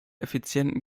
effizienten